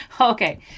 Okay